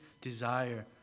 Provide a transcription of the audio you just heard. desire